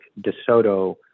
DeSoto